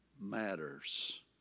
matters